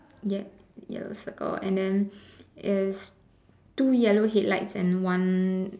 yup you circle and then there is two yellow head lights and one